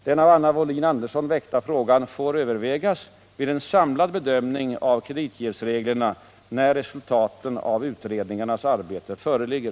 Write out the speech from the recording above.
Den av Anna Wohlin-Andersson väckta frågan får övervägas vid en samlad bedömning av kreditjävsreglerna när resultaten av utredningarnas arbete föreligger.